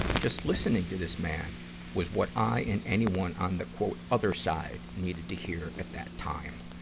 just listening to this man was what i and anyone on the other side needed to hear at that time.